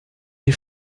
des